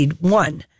one